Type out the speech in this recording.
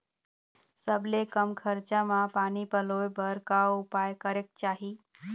सबले कम खरचा मा पानी पलोए बर का उपाय करेक चाही?